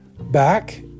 back